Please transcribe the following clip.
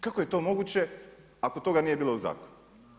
Kako je to moguće, ako toga nije bilo u zakonu?